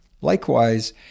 Likewise